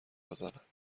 بزند